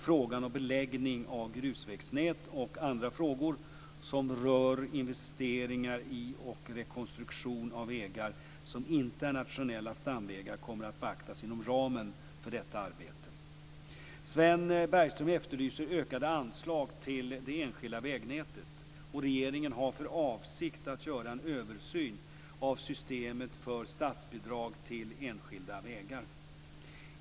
Frågan om beläggning av grusvägnätet och andra frågor som rör investeringar i och rekonstruktion av vägar som inte är nationella stamvägar kommer att beaktas inom ramen för detta arbete. Sven Bergstöm efterlyser ökade anslag till det enskilda vägnätet. Regeringen har för avsikt att göra en översyn av systemet för statsbidrag till enskilda vägar.